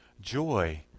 joy